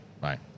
Bye